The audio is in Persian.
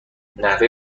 نحوه